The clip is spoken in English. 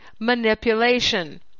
manipulation